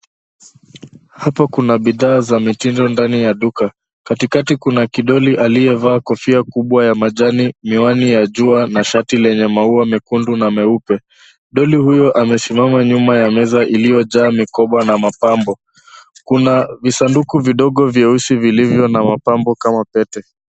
Hapa kuna bidhaa za mitindo ndani ya duka. Katikati kuna kidoli aliyevaa kofia kubwa ya majani, miwani ya jua, na shati lenye maua mekundu na meupe. Doli huyo amesimama nyuma ya meza iliyojaa mikoba na mapambo. Kuna visanduku vidogo vyeusi vilivyo na mapambo, kama pete.